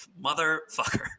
Motherfucker